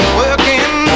working